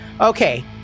Okay